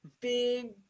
big